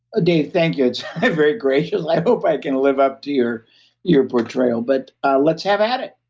ah dave, thank you. it's very gracious. i hope i can live up to your your portrayal, but let's have at it.